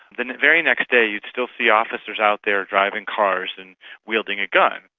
then the very next day you'd still see officers out there driving cars and wielding a gun.